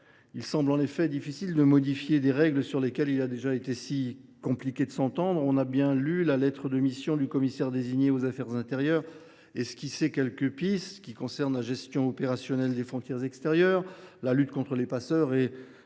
Il semble en effet difficile de modifier des règles sur lesquelles il a été si compliqué de s’entendre. La lettre de mission du commissaire désigné aux affaires intérieures esquisse quelques pistes. Celles ci concernent notamment la gestion opérationnelle des frontières extérieures, la lutte contre les passeurs et,